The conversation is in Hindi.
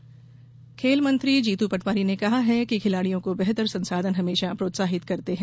पटवारी खेल खेल मंत्री जीतू पटवारी ने कहा है कि खिलाड़ियों को बेहतर संसाधन हमेशा प्रोत्साहित करते हैं